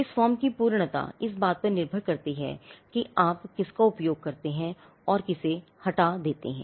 इस form की पूर्णता इस बात पर निर्भर करती है कि आप किसका उपयोग करते हैं और किसे हटा देते हैं